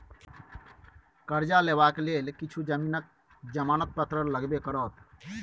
करजा लेबाक लेल किछु जमीनक जमानत पत्र लगबे करत